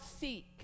seek